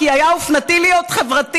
כי היה אופנתי להיות חברתי.